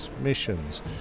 missions